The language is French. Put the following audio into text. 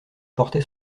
portait